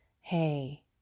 hey